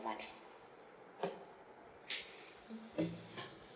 month mm